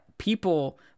people